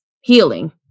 healing